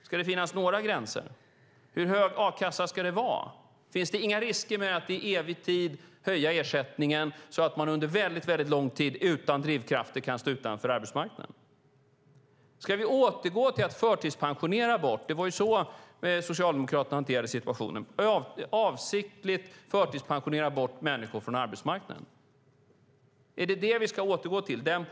Ska det finnas några gränser? Hur hög a-kassa ska det vara? Finns det inga risker med att i evig tid höja ersättningen så att man under väldigt lång tid utan drivkrafter kan stå utanför arbetsmarknaden? Ska vi återgå till att förtidspensionera bort människor? Det var ju så Socialdemokraterna hanterade situationen. Man förtidspensionerade avsiktligt bort människor från arbetsmarknaden. Är det den politiken vi ska återgå till?